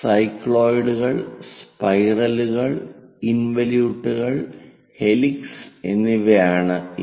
സൈക്ലോയിഡുകൾ സ്പൈറലുകൾ ഇൻവലിയൂട്ടുകൾ ഹെലിക്സ് എന്നിവയാണ് ഇവ